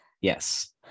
Yes